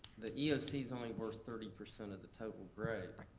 the eoc's only worth thirty percent of the total grade.